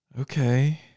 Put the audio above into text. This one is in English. Okay